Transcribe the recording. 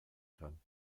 kann